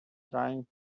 trying